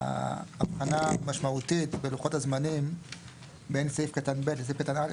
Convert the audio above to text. ההצדקה להבחנה המשמעותית בלוחות הזמנים בין סעיף קטן (ב) לסעיף קטן (א).